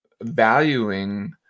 valuing